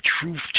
truth